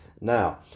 Now